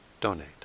donate